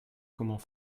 comment